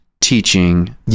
teaching